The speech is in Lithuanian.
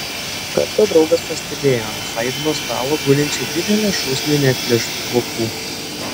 kartą draugas pastebėjo ant haidno stalo gulinčią didelę šūsnį neatplėštų vokų